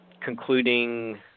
concluding